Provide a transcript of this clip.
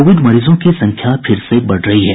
Covid मरीजों की संख्या फिर से बढ़ रही है